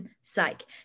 psych